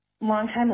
Longtime